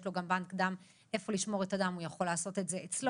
לו גם בנק דם לשמור את הדם יכול לעשות את זה אצלו.